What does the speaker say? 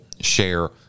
share